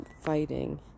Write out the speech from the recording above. fighting